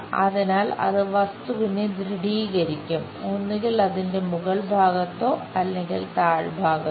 അതിനാൽ അത് വസ്തുവിനെ ദൃഢീകരിക്കും ഒന്നുകിൽ അതിന്റെ മുകൾഭാഗത്തോ അല്ലെങ്കിൽ താഴ്ഭാഗത്തോ